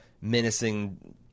menacing